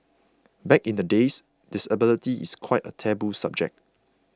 back in the days disability is quite a taboo subject